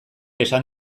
esan